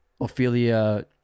Ophelia